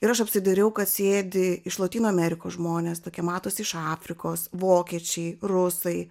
ir aš apsidairiau kad sėdi iš lotynų amerikos žmonės tokie matosi iš afrikos vokiečiai rusai